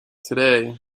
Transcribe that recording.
today